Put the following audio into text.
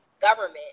government